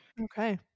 okay